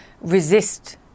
resist